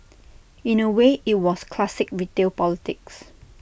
in A way IT was classic retail politics